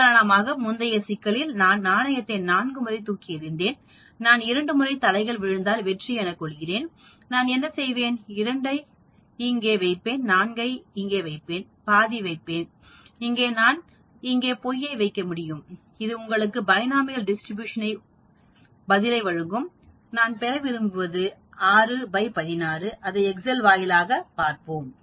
உதாரணமாக முந்தைய சிக்கலில் நான் நாணயத்தை 4 முறை தூக்கி எறிந்தேன் நான் 2 முறை தலைகள் விழுந்தால் வெற்றி எனக் கொள்கிறேன் நான் என்ன செய்வேன் 2 ஐ இங்கே வைப்பேன் 4 ஐ இங்கே வைப்பேன் பாதி வைப்பேன்இங்கே மற்றும் நான் இங்கே பொய்யை வைக்க முடியும் அது உங்களுக்கு பைனோமியல் டிஸ்ட்ரிபியூஷன் பதிலை வழங்கும் நான் பெற விரும்புவது 616 அதை எக்செல் வாயிலாக பார்ப்போம்